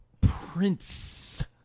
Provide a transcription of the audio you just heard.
Prince